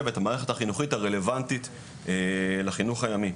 ואת המערכת החינוכית הרלוונטית לחינוך הימי.